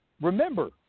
Remember